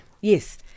Yes